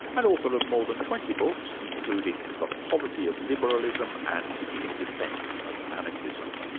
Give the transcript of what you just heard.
and author of more than twenty books, including the poverty of liberalism and in defence of anarchism.